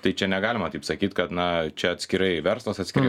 tai čia negalima taip sakyt kad na čia atskirai verslas atskirai